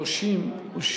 התשע"א 2011, נתקבלה.